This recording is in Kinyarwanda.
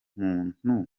muntu